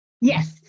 Yes